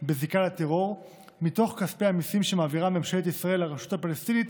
בזיקה לטרור מתוך כספי המיסים שמעבירה ממשלת ישראל לרשות הפלסטינית,